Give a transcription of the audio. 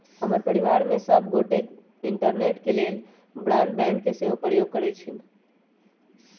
हमर परिवार में सभ गोटे इंटरनेट के लेल ब्रॉडबैंड के सेहो प्रयोग करइ छिन्ह